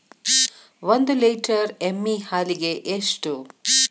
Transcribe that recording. ಒಂದು ಲೇಟರ್ ಎಮ್ಮಿ ಹಾಲಿಗೆ ಎಷ್ಟು?